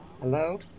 Hello